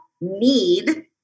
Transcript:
need